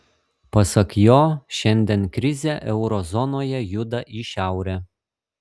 pasak jo šiandien krizė euro zonoje juda į šiaurę